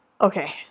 Okay